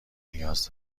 نیاز